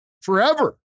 forever